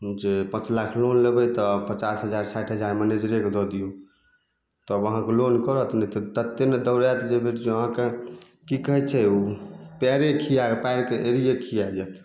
जे पाँच लाख लोन लेबय तऽ पचास हजार साठि हजार मैनेजरेके दअ दियौ तब अहाँके लोन करत नहि तऽ तते ने दौड़ायत जे अहाँके की कहय छै उ पयरे खियाइ पयरके एड़ीये खिया जायत